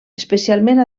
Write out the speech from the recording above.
especialment